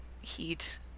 heat